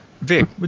Vic